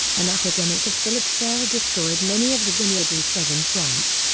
an epidemic of phylloxera destroyed many of the vineyards in southern france.